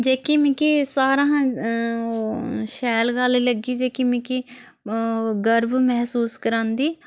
जेह्की मिगी सारे हां ओह् शैल गल्ल लग्गी जेह्की मिकी गर्व महसूस करांदी